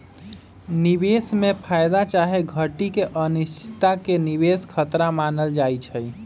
निवेश में फयदा चाहे घटि के अनिश्चितता के निवेश खतरा मानल जाइ छइ